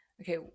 okay